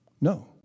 No